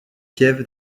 kiev